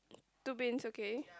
two bins okay